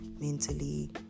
mentally